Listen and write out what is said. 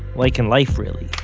like in life really,